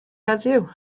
heddiw